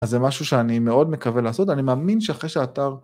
‫אז זה משהו שאני מאוד מקווה לעשות, ‫אני מאמין שאחרי שהאתר...